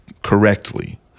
correctly